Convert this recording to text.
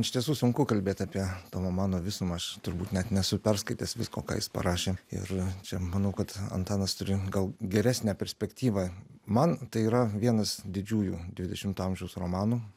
iš tiesų sunku kalbėt apie tomo mano visumą aš turbūt net nesu perskaitęs visko ką jis parašė ir čia manau kad antanas turi gal geresnę perspektyvą man tai yra vienas didžiųjų dvidešimto amžiaus romanų